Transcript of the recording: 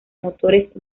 motores